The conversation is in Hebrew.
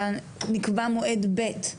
אלא נקבע מועד ב'.